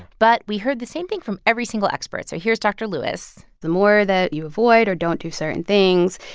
but we heard the same thing from every single expert. so here's dr. lewis the more that you avoid or don't do certain things,